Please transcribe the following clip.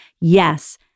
Yes